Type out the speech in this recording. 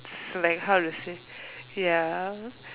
is like how to say ya